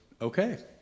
okay